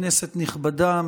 כנסת נכבדה,